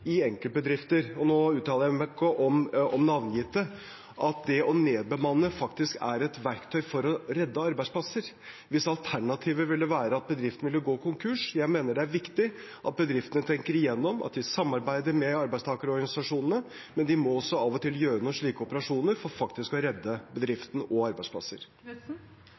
i enkeltbedrifter, og nå uttaler jeg meg ikke om navngitte bedrifter, at det å nedbemanne faktisk er et verktøy for å redde arbeidsplasser hvis alternativet ville være at bedriftene gikk konkurs. Jeg mener det er viktig at bedriftene tenker igjennom at de samarbeider med arbeidstakerorganisasjonene, men de må også av og til gjøre noen slike operasjoner for faktisk å redde bedrifter og arbeidsplasser.